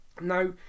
Now